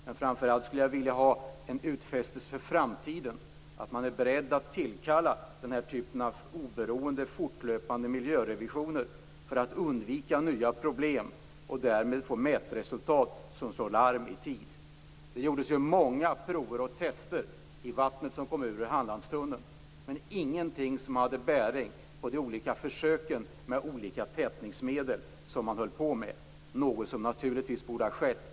Men framför allt skulle jag vilja ha en utfästelse för framtiden, att man är beredd att fortlöpande tillkalla den här typen av oberoende miljörevisorer för att undvika nya problem. Därmed får man mätresultat som slår larm i tid. Det togs ju många prover och gjordes tester i vattnet som kom ut ur Hallandstunneln, men ingenting som hade bäring på de försök med olika tätningsmedel som man höll på med. Det borde naturligtvis ha skett.